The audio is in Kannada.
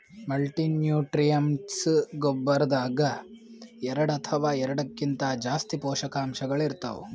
ಮಲ್ಟಿನ್ಯೂಟ್ರಿಯಂಟ್ಸ್ ಗೊಬ್ಬರದಾಗ್ ಎರಡ ಅಥವಾ ಎರಡಕ್ಕಿಂತಾ ಜಾಸ್ತಿ ಪೋಷಕಾಂಶಗಳ್ ಇರ್ತವ್